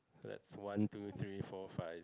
so that's one two three four five